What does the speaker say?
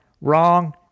Wrong